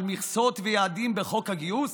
על מכסות ויעדים בחוק הגיוס?